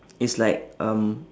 is like um